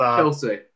Chelsea